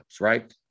right